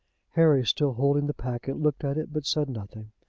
harry, still holding the packet, looked at it, but said nothing.